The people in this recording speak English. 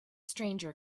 stranger